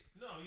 No